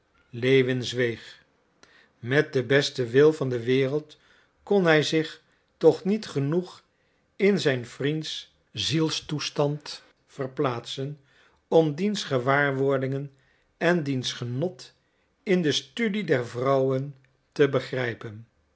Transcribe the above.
zweeg met den besten wil van de wereld kon hij zich toch niet genoeg in zijn vriends zielstoestand verplaatsen om diens gewaarwordingen en diens genot in de studie der vrouwen te begrijpen